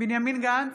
בנימין גנץ,